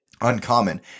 uncommon